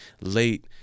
late